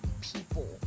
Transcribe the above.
people